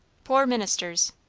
poor ministers.